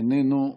איננו.